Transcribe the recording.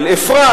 על אפרת,